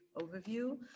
overview